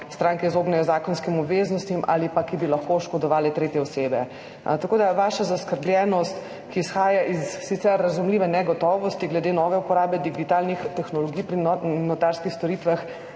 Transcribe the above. stranke izognejo zakonskim obveznostim ali ki bi lahko oškodovale tretje osebe. Tako da je vaša zaskrbljenost, ki izhaja iz sicer razumljive negotovosti glede nove uporabe digitalnih tehnologij pri notarskih storitvah,